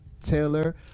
Taylor